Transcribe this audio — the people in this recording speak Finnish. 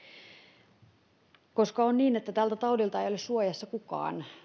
voi olla mahdollista on niin että tältä taudilta ei ei ole suojassa kukaan